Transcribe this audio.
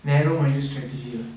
narrow minded strategy lah